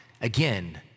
Again